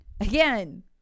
Again